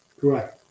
Correct